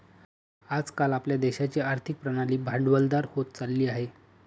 आज काल आपल्या देशाची आर्थिक प्रणाली भांडवलदार होत चालली आहे